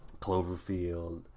Cloverfield